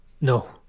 No